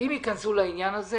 אם יכנסו לעניין הזה,